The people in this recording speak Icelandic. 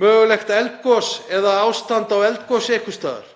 mögulegt eldgos eða ástand á eldgosi einhvers staðar.